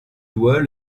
doigt